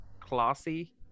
classy